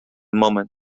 moment